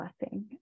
blessing